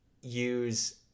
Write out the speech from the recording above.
use